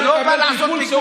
הוא לא בא לעשות פיגוע.